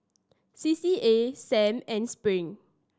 C C A Sam and Spring